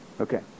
okay